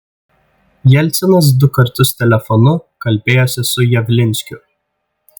jelcinas du kartus telefonu kalbėjosi su javlinskiu